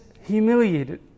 humiliated